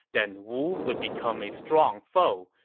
then wu would become a strong foe.